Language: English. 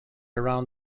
around